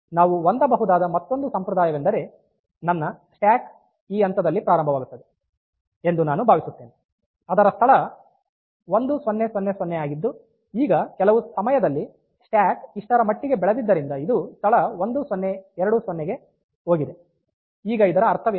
ನಾವು ಹೊಂದಬಹುದಾದ ಮತ್ತೊಂದು ಸಂಪ್ರದಾಯವೆಂದರೆ ನನ್ನ ಸ್ಟ್ಯಾಕ್ ಈ ಹಂತದಲ್ಲಿ ಪ್ರಾರಂಭವಾಗುತ್ತದೆ ಎಂದು ನಾನು ಭಾವಿಸುತ್ತೇನೆ ಅದರ ಸ್ಥಳ ೧೦೦೦ ಆಗಿದ್ದು ಈಗ ಕೆಲವು ಸಮಯದಲ್ಲಿ ಸ್ಟ್ಯಾಕ್ ಇಷ್ಟರ ಮಟ್ಟಿಗೆ ಬೆಳೆದಿದ್ದರಿಂದ ಇದು ಸ್ಥಳ 1020ಕ್ಕೆ ಹೋಗಿದೆ ಈಗ ಇದರ ಅರ್ಥವೇನು